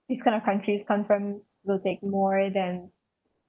these kind of countries confirm will take more than